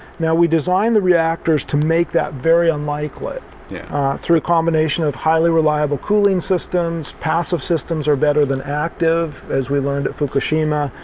now we designed the reactors to make that very unlikely yeah through a combination of highly reliable cooling systems. passive systems are better than active as we learned at fukushima.